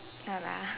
no lah